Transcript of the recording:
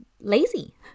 lazy